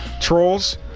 trolls